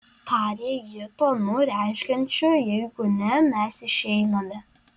tarė ji tonu reiškiančiu jeigu ne mes išeiname